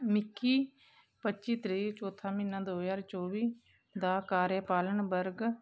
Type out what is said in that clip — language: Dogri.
मिगी पच्ची तरीक चौथा म्हीना दो ज्हार चौबी दा कार्यपालन वर्ग